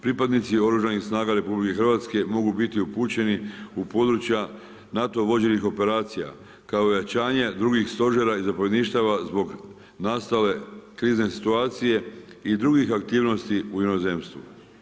Pripadnici Oružanih snaga RH mogu biti upućeni u područja NATO vođenih operacija kao ojačanje drugih stožera i zapovjedništava zbog nastale krizne situacije i drugih aktivnosti u inozemstvu.